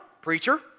preacher